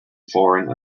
foreign